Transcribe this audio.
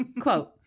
Quote